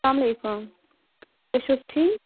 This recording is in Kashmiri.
سلام علیکُم تُہۍ چھُو حظ ٹھیٖک